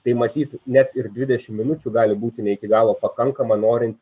tai matyt net ir dvidešim minučių gali būti ne iki galo pakankama norint